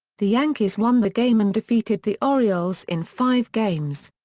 the yankees won the game and defeated the orioles in five games.